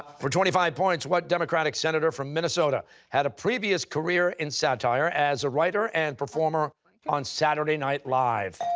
for twenty five points, what democratic senator from minnesota had a previous career in satire as a writer and performer on saturday night live?